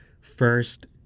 First